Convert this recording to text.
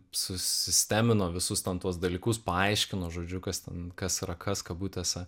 susistemino visus ten tuos dalykus paaiškino žodžiu kas ten kas yra kas kabutėse